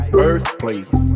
birthplace